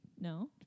No